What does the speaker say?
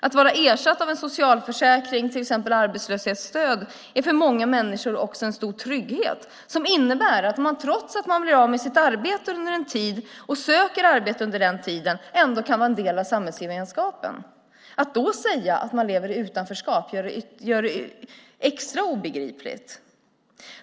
Att ha ersättning från en socialförsäkring, till exempel arbetslöshetsersättning, är för många människor också en stor trygghet som innebär att man, trots att man blir av med sitt arbete under en tid och söker arbete under den tiden, ändå kan vara en del av samhällsgemenskapen. Att då säga att dessa personer lever i utanförskap gör det extra obegripligt.